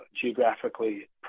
geographically